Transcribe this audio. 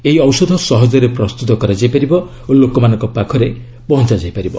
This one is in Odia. ଏହି ଔଷଧ ସହଜରେ ପ୍ରସ୍ତୁତ କରାଯାଇପାରିବ ଓ ଲୋକମାନଙ୍କ ପାଖରେ ପହଞ୍ଚାଯାଇ ପାରିବ